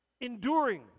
enduring